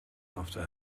after